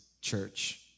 church